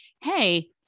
Hey